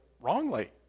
wrongly